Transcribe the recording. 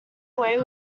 away